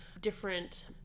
different